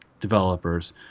developers